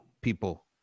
people